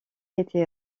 était